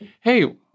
hey